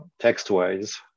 text-wise